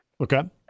Okay